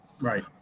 Right